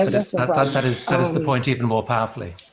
that is that is the point even more powerfully,